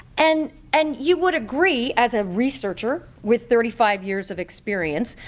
and and you would agree, as a researcher with thirty five years of experience,